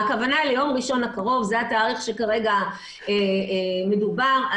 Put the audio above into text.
זה התאריך שכרגע מדובר.